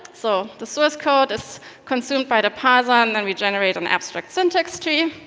so the source code is consumed by the parser and then we generate an abstract syntax stream.